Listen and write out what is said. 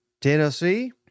Tennessee